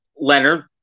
Leonard